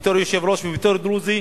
בתור יושב-ראש ובתור דרוזי,